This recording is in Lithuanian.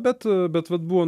bet bet vat buvo